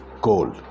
coal